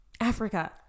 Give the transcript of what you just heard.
africa